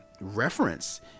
reference